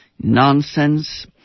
nonsense